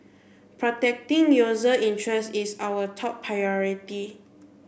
protecting user interests is our top priority